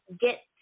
get